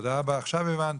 תודה רבה, עכשיו הבנתי.